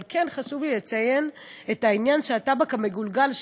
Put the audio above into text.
אבל כן חשוב לי לציין את העניין שהטבק המגולגל,